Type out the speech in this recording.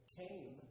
came